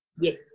Yes